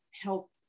help